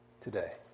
today